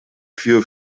für